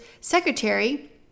secretary